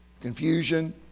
confusion